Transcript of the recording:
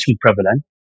prevalent